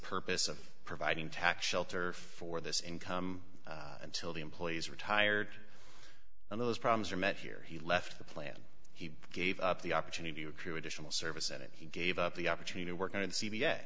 purpose of providing tax shelter for this income until the employee is retired and those problems are met here he left the plan he gave up the opportunity to accrue additional service and he gave up the opportunity to work in c